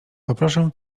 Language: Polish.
poproszę